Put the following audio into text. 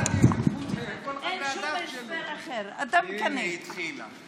אין שום הסבר, אתה מקנא, הינה, התחילה.